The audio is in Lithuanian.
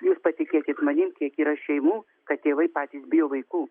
jūs patikėkit manim kiek yra šeimų kad tėvai patys bijo vaikų